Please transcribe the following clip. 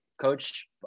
coach